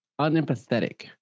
unempathetic